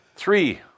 Three